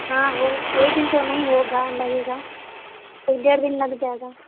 ہاں ہو ایک دن تو نہیں ہوگا لگے گا ایک ڈیڑھ دن لگ جائے گا